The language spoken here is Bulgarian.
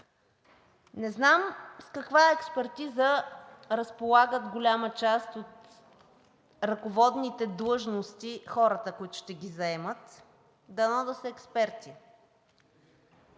Не знам с каква експертиза разполагат голяма част от ръководните длъжности – хората, които ще ги заемат, дано да са експерти.